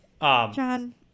John